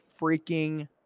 freaking